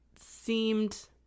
seemed